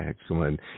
Excellent